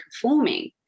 conforming